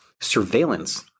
surveillance